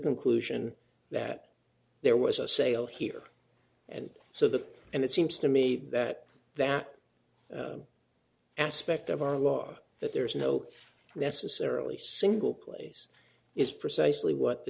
conclusion that there was a sale here and so that and it seems to me that that aspect of our law that there is no necessarily single place is precisely what the